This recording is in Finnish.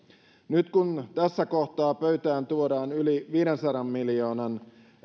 nyt tässä kohtaa pöytään tuodaan yli viidensadan miljoonan